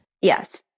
Yes